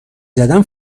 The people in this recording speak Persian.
زدم